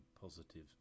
positive